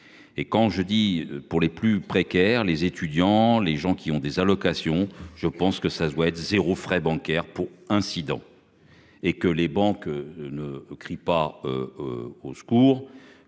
Et quand je dis pour les plus précaires, les étudiants, les gens qui ont des allocations. Je pense que ça doit être 0 frais bancaires incidents. Et que les banques ne crient pas. Au secours,